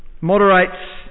moderates